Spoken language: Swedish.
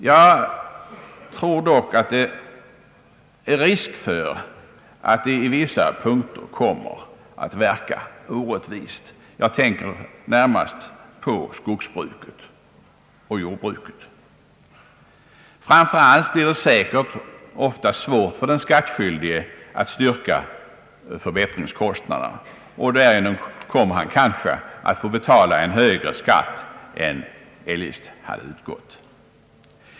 Jag tror dock det är risk för att de i vissa punkter kommer att verka orättvist. Jag tänker närmast på förhållandena för skogsbruket och jordbruket. Framför allt blir det säkert ofta svårt för den skattskyldige att styrka förbättringskostnaderna, och därmed kommer han kanske att få betala en högre skatt än som eljest hade utgått.